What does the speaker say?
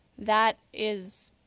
that is